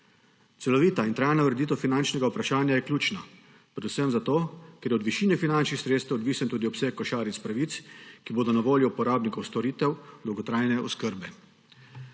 Celovita in trajna ureditev finančnega vprašanja je ključna, predvsem zato, ker je od višine finančnih sredstev odvisen tudi obseg košaric pravic, ki bodo na voljo uporabnikom storitev dolgotrajne oskrbe.